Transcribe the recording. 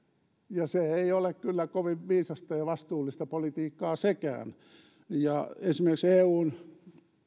ja ei ole kyllä kovin viisasta ja vastuullista politiikkaa sekään esimerkiksi eun